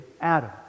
Adam